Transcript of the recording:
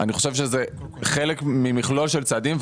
אני חושב שזה חלק ממכלול של צעדים.